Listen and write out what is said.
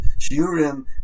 shiurim